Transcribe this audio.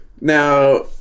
Now